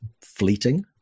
fleeting